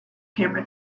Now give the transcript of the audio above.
camera